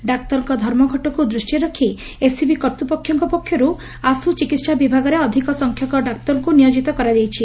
ଡାକ୍ତରଙ୍କ ଧର୍ମଘଟକୁ ଦୁଷିରେ ରଖି ଏସ୍ସିବି କର୍ଭୃପକ୍ଷଙ୍କ ପକ୍ଷରୁ ଆଶ୍ବଚିକିସା ବିଭାଗରେ ଅଧିକ ସଂଖ୍ୟକ ଡାକ୍ତରଙ୍କୁ ନିୟୋଜିତ କରାଯାଇଛି